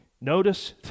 Notice